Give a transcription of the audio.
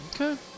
Okay